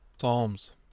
Psalms